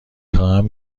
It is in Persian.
خواهم